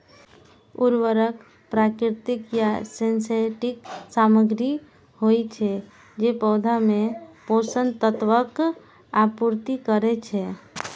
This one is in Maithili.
उर्वरक प्राकृतिक या सिंथेटिक सामग्री होइ छै, जे पौधा मे पोषक तत्वक आपूर्ति करै छै